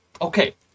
Okay